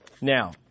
Now